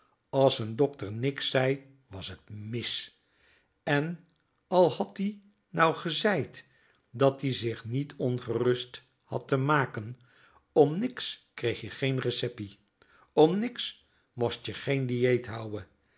as n dokter niks zei was t mis en al had-ie nou gezeid dat-ie zich niet ongerust had te maken om niks kreeg je geen receppie om niks most je geen diëet houen